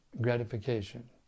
gratification